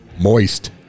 moist